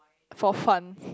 for fun